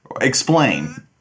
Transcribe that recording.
Explain